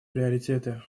приоритеты